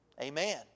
Amen